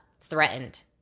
threatened